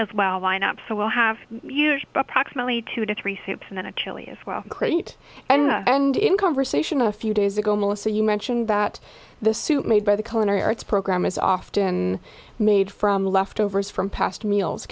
as well line up so we'll have huge approximately two to three sips and then a chili as well great and in conversation a few days ago melissa you mentioned that the soup made by the cone arts program is often made from leftovers from past meals